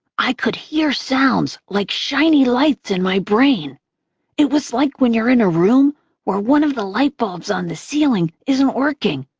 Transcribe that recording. i could hear sounds like shiny lights in my brain it was like when you're in a room where one of the lightbulbs on the ceiling isn't working,